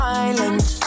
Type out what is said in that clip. island